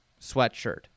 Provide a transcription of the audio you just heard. sweatshirt